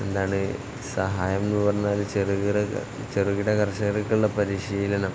എന്താണ് സഹായം എന്ന് പറഞ്ഞാൽ ചെറുകിട ചെറുകിട കർഷകർക്കുള്ള പരിശീലനം